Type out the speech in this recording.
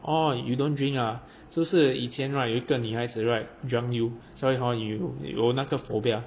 orh you don't drink ah 是不是以前 right 有一个女孩子 right drunk you 所以 hor you 有那个 phobia